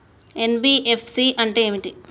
NBFC అంటే ఏమిటి?